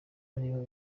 aribo